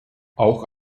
auch